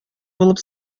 булып